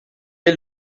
est